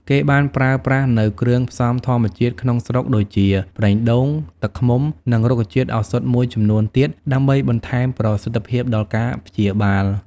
គេបានប្រើប្រាស់នូវគ្រឿងផ្សំធម្មជាតិក្នុងស្រុកដូចជា ប្រេងដូង ទឹកឃ្មុំ និងរុក្ខជាតិឱសថមួយចំនួនទៀតដើម្បីបន្ថែមប្រសិទ្ធភាពដល់ការព្យាបាល។